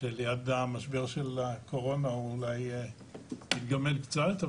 שליד המשבר של הקורונה הוא אולי יתגמד קצת,